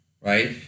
right